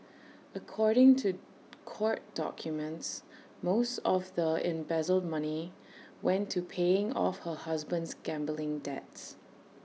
according to court documents most of the embezzled money went to paying off her husband's gambling debts